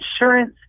insurance